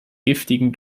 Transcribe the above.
giftigen